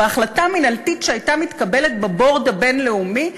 בהחלטה מינהלתית שהייתה מתקבלת ב-board הבין-לאומי,